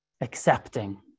Accepting